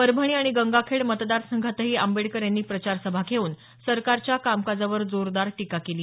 परभणी आणि गंगाखेड मतदार संघातही आंबेडकर यांनी प्रचार सभा घेऊन सरकारच्या कामकाजावर जोरदार टीका केली